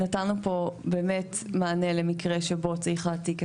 נתנו פה מענה למקרה שבו צריך להעתיק את